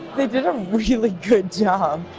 they did a really good job!